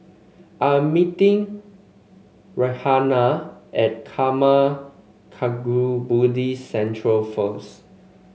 I'm meeting Rhianna at Karma Kagyud Buddhist Centre first